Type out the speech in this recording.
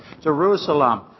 Jerusalem